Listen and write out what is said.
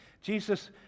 Jesus